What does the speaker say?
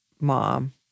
mom